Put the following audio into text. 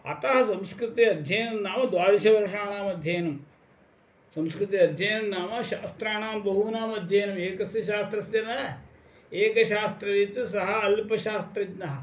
अतः संस्कृते अध्ययनं नाम द्वादशवर्षाणामध्ययनं संस्कृते अध्ययनं नाम शास्त्राणां बहूनाम् अध्ययनम् एकस्य शास्त्रस्य न एकशास्त्रवित् सः अल्पशास्त्रज्ञः